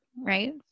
right